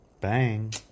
Bang